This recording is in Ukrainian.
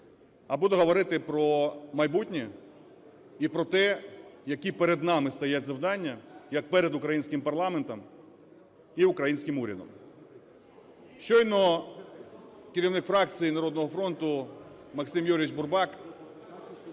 А буду говорити про майбутнє і про те, які перед нами стоять завдання як перед українським парламентом і українським урядом. Щойно керівник фракції "Народного фронту" Максим Юрійович Бурбак